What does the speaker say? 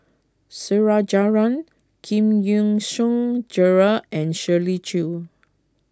Su Rajendran Giam Yean Song Gerald and Shirley Chew